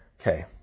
Okay